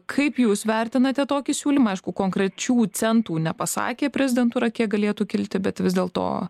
kaip jūs vertinate tokį siūlymą aišku konkrečių centų nepasakė prezidentūra kiek galėtų kilti bet vis dėlto